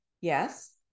yes